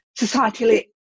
societally